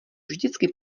vždycky